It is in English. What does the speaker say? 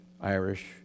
Irish